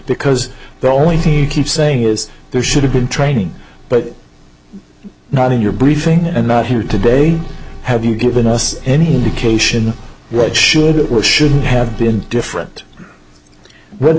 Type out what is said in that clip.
because the only thing you keep saying is there should have been training but not in your briefing and not here today have you given us any indication right sure it was shouldn't have been different what